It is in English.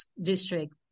district